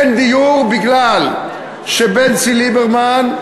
אין דיור כי בנצי ליברמן,